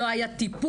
לא היה טיפול,